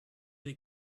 they